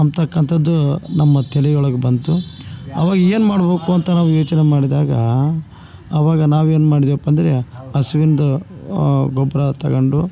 ಅಂಬ್ತಕ್ಕಂಥದ್ದು ನಮ್ಮ ತಲಿ ಒಳಗೆ ಬಂತು ಅವಾಗ ಏನ್ಮಾಡ್ಬೇಕು ಅಂತ ನಾವು ಯೋಚನೆ ಮಾಡಿದಾಗ ಅವಾಗ ನಾವೇನು ಮಾಡಿದೇವಪ್ಪ ಅಂದರೆ ಹಸುವಿಂದು ಗೊಬ್ಬರ ತಗೊಂಡು